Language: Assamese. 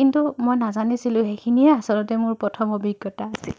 কিন্তু মই নাজানিছিলোঁ সেইখিনিয়ে আচলতে মোৰ প্ৰথম অভিজ্ঞতা আছিলে